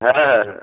হ্যাঁ হ্যাঁ